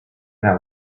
now